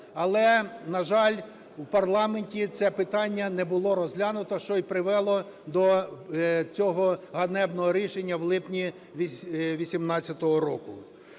Але, на жаль, в парламенті це питання не було розглянуто, що і привело до цього ганебного рішення в липні 18-го року.